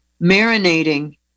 marinating